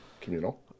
communal